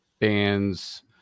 bands